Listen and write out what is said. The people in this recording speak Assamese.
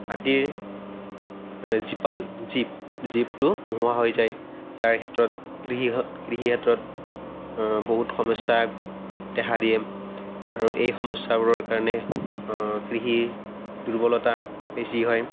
মাটিৰ জীপাল জীপ জীপটো নোহোৱা হৈ যায় যাৰ ক্ষেত্ৰত কৃষি কৃষিক্ষেত্ৰত বহুত সমস্যা দেখা দিয়ে আৰু এই সমস্যাবোৰৰ কাৰণে কৃষিৰ দুৰ্বলতা বেছি হয়